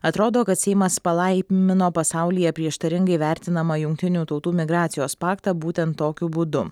atrodo kad seimas palaimino pasaulyje prieštaringai vertinamą jungtinių tautų migracijos paktą būtent tokiu būdu